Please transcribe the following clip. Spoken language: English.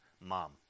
mom